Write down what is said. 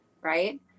Right